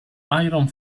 iron